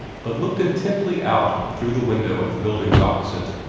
but looked intently out through the window at the buildings opposite,